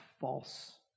false